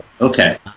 Okay